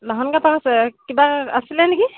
কিবা আছিলে নেকি